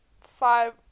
Five